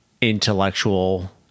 intellectual